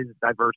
diversity